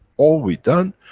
all we done,